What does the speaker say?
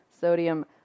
sodium